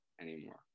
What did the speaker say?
anymore